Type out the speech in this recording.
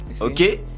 Okay